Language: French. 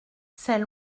c’est